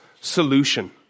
solution